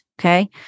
Okay